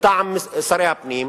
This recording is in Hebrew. מטעם שרי הפנים.